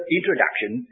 introduction